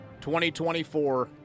2024